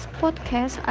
podcast